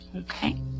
okay